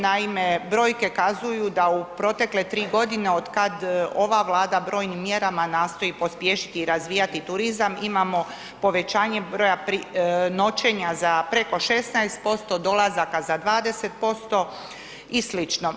Naime, brojke kazuju da u protekle 3 godine od kad ova Vlada brojnim mjerama nastoji pospješiti i razvijati turizam imamo povećanje broja noćenja za preko 16%, dolazaka za 20% i sl.